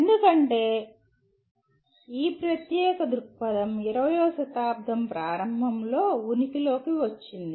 ఎందుకంటే ఈ ప్రత్యేక దృక్పథం 20 వ శతాబ్దం ప్రారంభంలో ఉనికిలోకి వచ్చింది